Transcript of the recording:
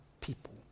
people